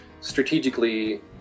strategically